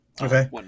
Okay